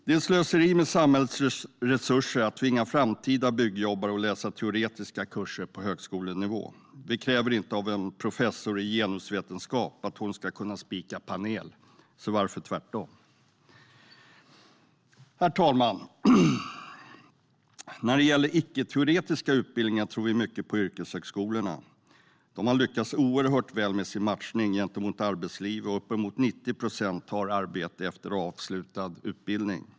Det är slöseri med samhällets resurser att tvinga framtida byggjobbare att läsa teoretiska kurser på högskolenivå. Vi kräver inte av en professor i genusvetenskap att hon ska kunna spika upp en panel, så varför tvärtom? Herr talman! När det gäller icke-teoretiska utbildningar tror vi mycket på yrkeshögskolorna. De har lyckats oerhört väl med sin matchning gentemot arbetslivet, och uppemot 90 procent har arbete efter avslutad utbildning.